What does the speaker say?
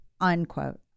Unquote